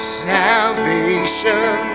salvation